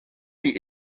die